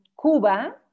Cuba